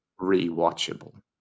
rewatchable